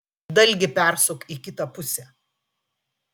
dalgį persuk į kitą pusę